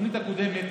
בתוכנית הקודמת